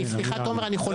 סליחה, תומר, אני חולק עליך.